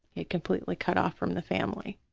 he completely cut off from the family.